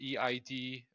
EID